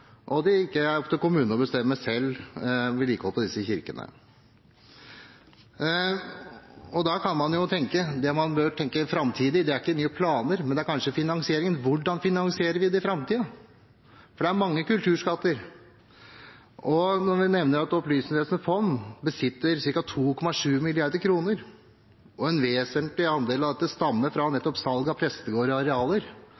prioriteringer, og det ikke er opp til kommunene selv å bestemme vedlikeholdet av disse kirkene. Da kan man jo tenke at det man bør se på framover, ikke er nye planer, men kanskje finansieringen – hvordan finansierer vi dette i framtiden? For det er mange kulturskatter. Og når vi nevner at Opplysningsvesenets fond besitter ca. 2,7 mrd. kr, og en vesentlig andel av dette stammer fra